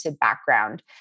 background